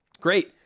great